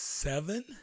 Seven